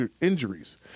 injuries